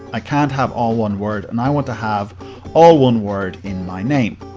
i can't have all one word and i want to have all one word in my name.